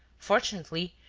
fortunately,